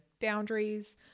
boundaries